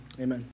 Amen